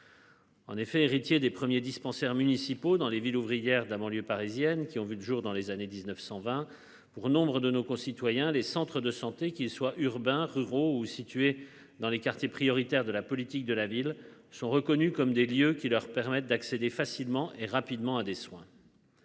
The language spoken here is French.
En effet, héritier des premiers dispensaires municipaux dans les villes ouvrières de la banlieue parisienne qui ont vu le jour dans les années 1920 pour nombre de nos concitoyens. Les centres de santé qu'il soit urbains ruraux ou situés dans les quartiers prioritaires de la politique de la ville sont reconnues comme des lieux qui leur permettent d'accéder facilement et rapidement à des soins.